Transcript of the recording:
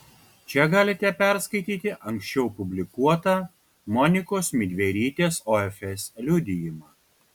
čia galite perskaityti anksčiau publikuotą monikos midverytės ofs liudijimą